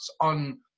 on